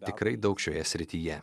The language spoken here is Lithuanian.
tikrai daug šioje srityje